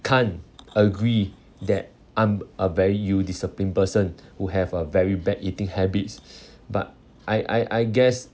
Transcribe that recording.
can't agree that I'm a very ill disciplined person who have a very bad eating habits but I I I guess